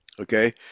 Okay